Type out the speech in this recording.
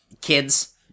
kids